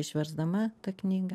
išversdama tą knygą